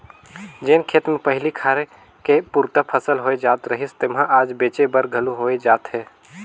जेन खेत मे पहिली खाए के पुरता फसल होए जात रहिस तेम्हा आज बेंचे बर घलो होए जात हे